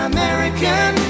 American